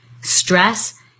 stress